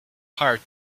hard